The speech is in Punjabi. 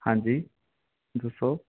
ਹਾਂਜੀ ਦੱਸੋ